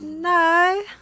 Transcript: No